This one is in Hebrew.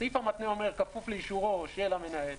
הסעיף המתנה אומר: "כפוף לאישורו של המנהל".